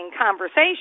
conversation